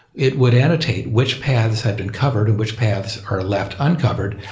it would annotate which paths have been covered in which paths are left uncovered,